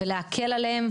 ולהקל עליהם.